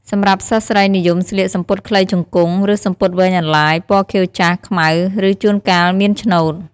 សម្រាប់សិស្សស្រីនិយមស្លៀក សំពត់ខ្លីជង្គង់ ឬសំពត់វែងអន្លាយ ពណ៌ខៀវចាស់ ខ្មៅ ឬជួនកាលមានឆ្នូត។